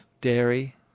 dairy